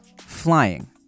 flying